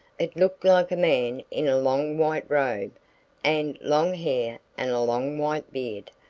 it looked like a man in a long white robe and long hair and a long white beard.